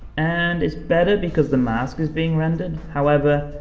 and it's better because the mask is being rendered, however,